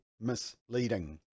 misleading